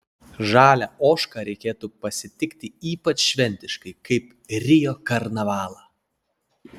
žalią ožką reikėtų pasitikti ypač šventiškai kaip rio karnavalą